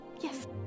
Yes